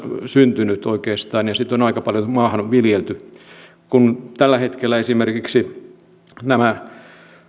syntynyt oikeastaan englannissa ja sitä on aika paljon maahan viljelty kun tällä hetkellä esimerkiksi nämä